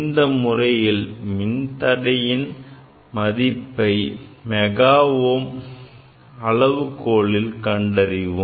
இந்த முறையில் மின்தடையின் மதிப்பை மெகா ஓம் அளவுகோலில் கண்டறிவோம்